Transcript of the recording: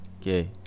okay